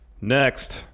Next